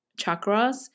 chakras